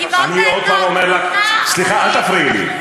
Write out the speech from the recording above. קיבלת את התמונה, סליחה, אל תפריעי לי.